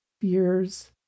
fears